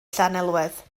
llanelwedd